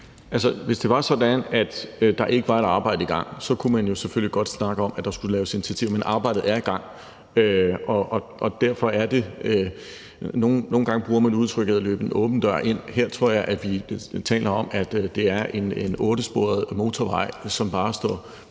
at der ikke var et arbejde i gang, så kunne man selvfølgelig godt snakke om, at der skulle tages initiativer, men arbejdet er i gang. Nogle gange bruger man udtrykket at løbe en åben dør ind; her tror jeg vi taler om, at det er en ottesporet motorvej, som bare står